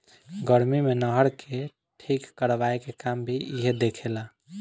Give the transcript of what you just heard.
गर्मी मे नहर के ठीक करवाए के काम भी इहे देखे ला